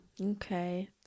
Okay